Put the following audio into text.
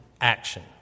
action